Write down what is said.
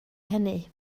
hynny